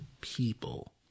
people